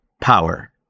power